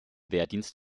wehrdienst